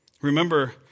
Remember